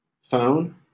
phone